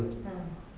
ah